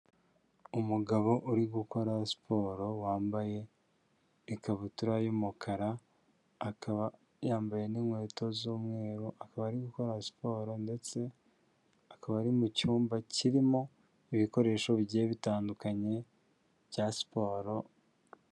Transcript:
Umugabo uri gukora siporo, wambaye ikabutura y'umukara akaba yambaye n'inkweto z'umweru, akaba ari gukora siporo ndetse akaba ari mu cyumba kirimo ibikoresho bigiye bitandukanye bya siporo.